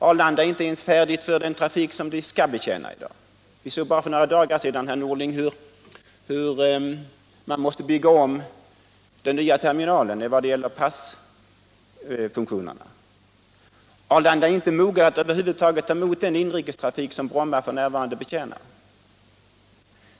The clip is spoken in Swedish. Arlanda är inte färdigt ens för den trafik som flygplatsen skall betjäna i dag. Vi såg bara för några dagar sedan att man måste bygga om den nya terminalen vad gäller passkontrollfunktionerna. Arlanda är över huvud taget inte moget att ta emot den inrikestrafik som Bromma f. n. betjänar.